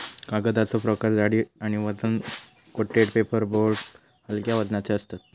कागदाचो प्रकार जाडी आणि वजन कोटेड पेपर बोर्ड हलक्या वजनाचे असतत